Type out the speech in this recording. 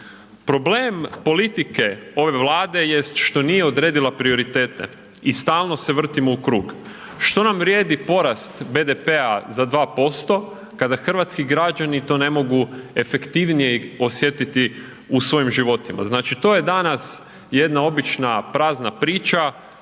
Problem politike ove Vlade jest što nije odredila prioritete i stalno se vrtimo u krug, što nam vrijedi porast BDP-a za 2% kada hrvatski građani to ne mogu efektivnije osjetiti u svojim životima, znači to je danas jedna obična prazna priča